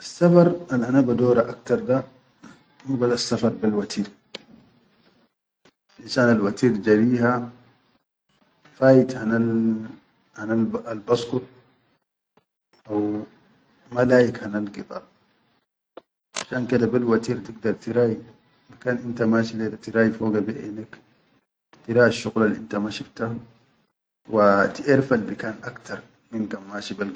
Assafar al ana badora aktar da, hubas assafar bel watir shan al-watir jariha fayit hanal baskur haw ma lahik hanal gidar, shan keda bel watir tigdar tirai bikan mashi leda tirai foga be enek tirai asshuqul al inta ma shifta wa ti-erfal bikan aktar.